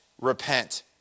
repent